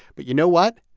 but you know what?